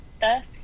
thus